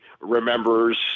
remembers